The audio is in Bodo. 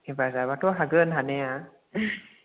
हेफाजाबाथ' हागोन हानाया